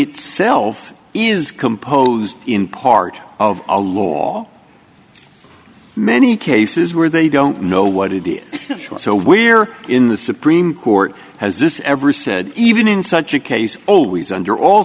itself is composed in part of a law many cases where they don't know what it is so we're in the supreme court has this ever said even in such a case always under all